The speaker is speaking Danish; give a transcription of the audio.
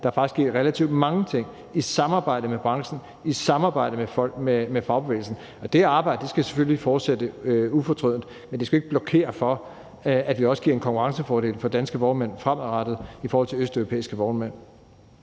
er faktisk sket relativt mange ting – i samarbejde med branchen, i samarbejde med fagbevægelsen. Og det arbejde skal selvfølgelig fortsætte ufortrødent, men det skal jo ikke blokere for, at vi fremadrettet også giver en konkurrencefordel til danske vognmænd i forhold til østeuropæiske vognmænd.